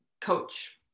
coach